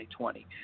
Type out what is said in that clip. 2020